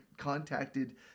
contacted